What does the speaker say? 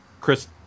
Chris